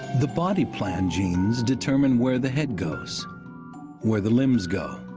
the body-plan genes determine where the head goes where the limbs go,